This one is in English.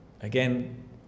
again